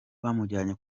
bamujyanye